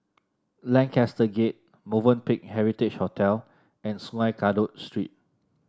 Lancaster Gate Movenpick Heritage Hotel and Sungei Kadut Street